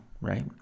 right